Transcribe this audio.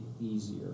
easier